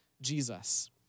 Jesus